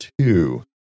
two